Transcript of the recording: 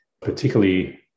particularly